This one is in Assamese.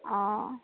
অঁ